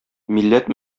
милләт